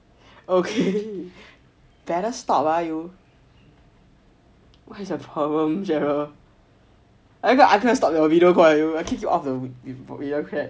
okay better stop you what is your problem gerald I gonna stop your video call you of the video